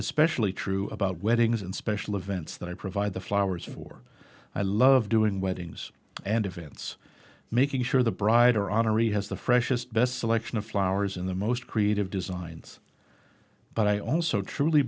especially true about weddings and special events that i provide the flowers for i love doing weddings and events making sure the bride or honoree has the freshest best selection of flowers in the most creative designs but i also truly